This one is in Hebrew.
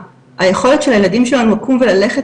היכולת של הילדים שלנו לקום וללכת